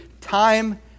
time